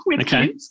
Okay